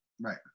Right